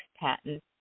patent